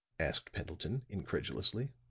asked pendleton, incredulously.